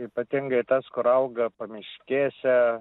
ypatingai tas kur auga pamiškėse